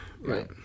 Right